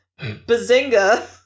Bazinga